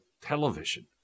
television